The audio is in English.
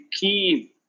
key